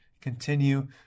continue